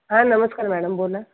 हां नमस्कार मॅडम बोला